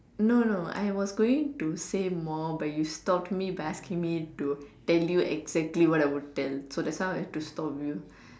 no no I was going to say more but you stopped me by asking me to tell you exactly what I would tell so that's why I had to stop you